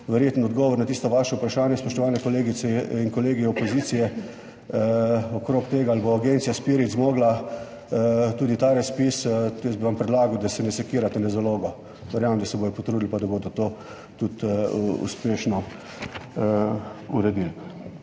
verjetno odgovor na tisto vaše vprašanje, spoštovane kolegice in kolegi iz opozicije, okrog tega, ali bo Agencija SPIRIT zmogla ta razpis. Jaz bi vam predlagal, da se ne sekirate na zalogo. Verjamem, da se bodo potrudili in da bodo to tudi uspešno uredili.